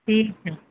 ठीक है